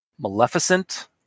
Maleficent